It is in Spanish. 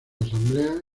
asamblea